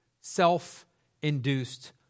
self-induced